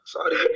Sorry